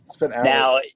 Now